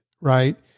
right